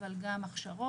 אבל גם הכשרות.